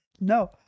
No